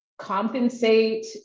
compensate